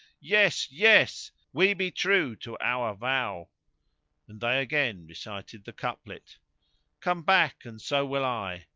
yes! yes! we be true to our vow and they again recited the couplet come back and so will i!